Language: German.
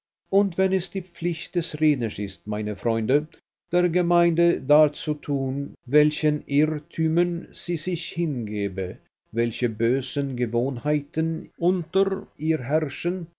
und wenn es die pflicht des redners ist meine freunde der gemeinde darzutun welchen irrtümern sie sich hingebe welche bösen gewohnheiten unter ihr herrschen